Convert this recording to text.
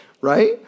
Right